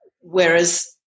whereas